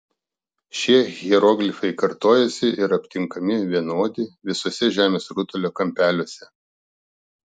šie hieroglifai kartojasi ir aptinkami vienodi visuose žemės rutulio kampeliuose